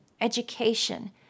education